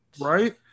right